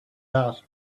that